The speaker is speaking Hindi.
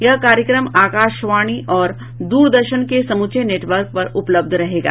यह कार्यक्रम आकाशवाणी और द्रदर्शन के समूचे नेटवर्क पर उपलब्ध रहेगा